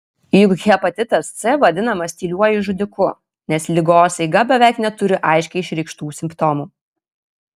juk hepatitas c vadinamas tyliuoju žudiku nes ligos eiga beveik neturi aiškiai išreikštų simptomų